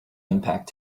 impact